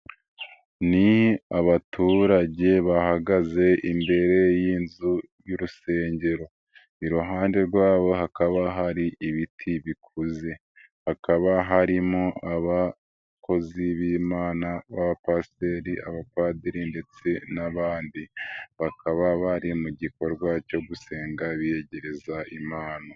Ni abaturage bahagaze imbere yinzu y'urusengero, iruhande rwabo hakaba hari ibiti bikuze, hakaba harimo abakozi b'lmana b'abapasiteri , abapadiri, ndetse n'abandi, bakaba bari mu gikorwa cyo gusenga biyegereza lmana.